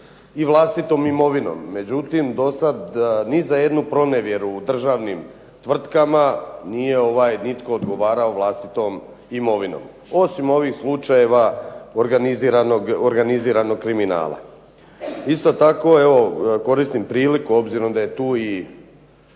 i vlastito imovinom, međutim do sad ni za jednu pronevjeru u državnim tvrtkama nije nitko odgovarao vlastitom imovinom, osim ovih slučajeva organiziranog kriminala. Isto tako, evo koristim priliku obzirom da je tu i